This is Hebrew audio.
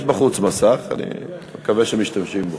יש בחוץ מסך, אני מקווה שמשתמשים בו.